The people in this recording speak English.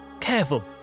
Careful